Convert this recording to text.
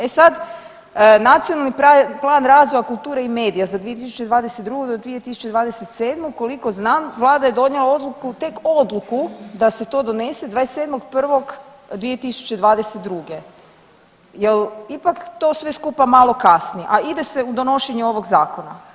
E sad Nacionalni plan razvoja kulture i medija za 2022.-2027. koliko znam vlada je donijela odluku tek odluku da se to donese 27.1.2022., jel ipak to sve skupa malo kasni, a ide se u donošenje ovog zakona?